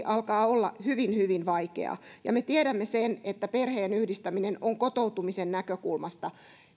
alkaa olla hyvin hyvin vaikeaa ja me tiedämme sen että perheenyhdistäminen on kotoutumisen näkökulmasta